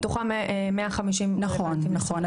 מתוכם 150 --- נכון.